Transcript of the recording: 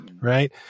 right